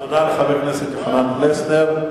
תודה לחבר הכנסת יוחנן פלסנר.